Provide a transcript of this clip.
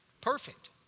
perfect